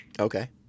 Okay